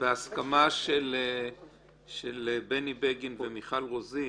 בהסכמה של בני בגין ומיכל רוזין,